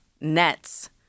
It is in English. nets